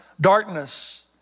darkness